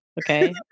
Okay